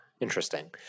Interesting